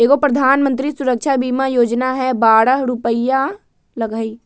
एगो प्रधानमंत्री सुरक्षा बीमा योजना है बारह रु लगहई?